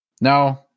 No